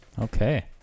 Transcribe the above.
okay